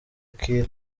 kiir